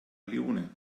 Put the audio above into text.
leone